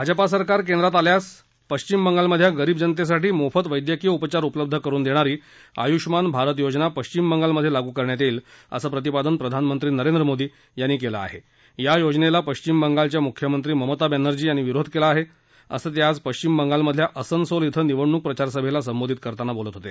भाजपा सरकार केंद्रात सत्तेवर आल्यास पश्चिम बंगालमधल्या गरिब जनतेसाठी मोफत वैद्यकीय उपचार उपलब्ध करुन देणारी आयुष्यमान भारत योजना पश्चिम बंगालमधे लागू करण्यात येईल असं प्रतिपादन प्रधानमंत्री नरेंद्र मोदी यांनी केलं आहे या योजनेला पश्चिम बंगालच्या मुख्यमंत्री ममता बर्स्ओी यांनी विरोध केला आहे असं ते आज पश्चिम बंगालमधल्या असनसोल क्वें निवडणूक प्रचारसभेला संबोधित करतानां बोलत होते